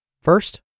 First